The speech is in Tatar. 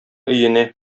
өенә